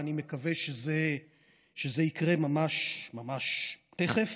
ואני מקווה שזה יקרה ממש ממש תכף,